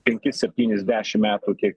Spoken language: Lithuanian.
penkis septynis dešim metų kiek